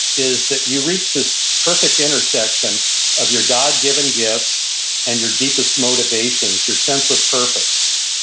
is that you reached this perfect intersection of your god given gifts and your deepest motivations, your sense of purpose,